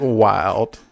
wild